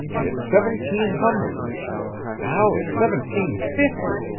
it's seventeen hundred now it's seventeen-fifty!